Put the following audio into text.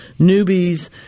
newbies